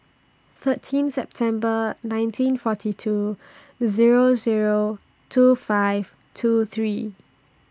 thirteen September nineteen forty two Zero Zero two five two three